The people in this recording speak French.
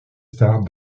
stars